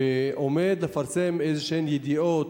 עומד לפרסם ידיעות